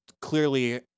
clearly